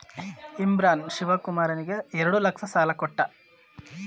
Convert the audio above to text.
ಇಮ್ರಾನ್ ಶಿವಕುಮಾರನಿಗೆ ಎರಡು ಲಕ್ಷ ಸಾಲ ಕೊಟ್ಟ